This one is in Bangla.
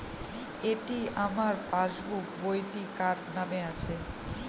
এটি আমার পাসবুক বইটি কার নামে আছে?